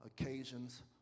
occasions